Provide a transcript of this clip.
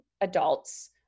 adults